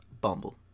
Bumble